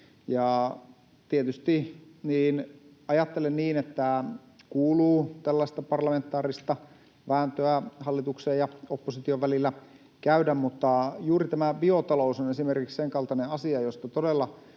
Tietysti ajattelen niin, että tällaista parlamentaarista vääntöä hallituksen ja opposition välillä kuuluu käydä, mutta juuri esimerkiksi tämä biotalous on sen kaltainen asia, josta todella